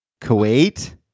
Kuwait